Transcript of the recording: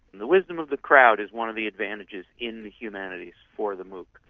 the wisdom of the crowd is one of the advantages in the humanities for the mooc.